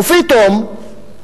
ופתאום,